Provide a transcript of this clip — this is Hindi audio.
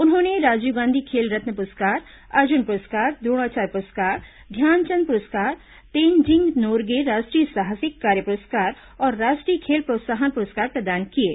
उन्होंने राजीव गांधी खेल रत्न पुरस्कार अर्जुन पुरस्कार द्रोणाचार्य पुरस्कार ध्यानचंद पुरस्कार तेनजिंग नोरगे राष्ट्रीय साहसिक कार्य पुरस्कार और राष्ट्रीय खेल प्रोत्साहन पुरस्कार प्रदान किये